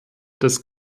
des